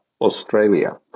Australia